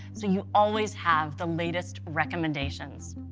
so you always have the latest recommendations.